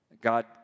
God